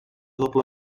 doble